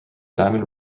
diamond